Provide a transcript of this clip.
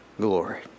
glory